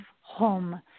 home